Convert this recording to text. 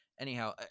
Anyhow